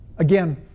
Again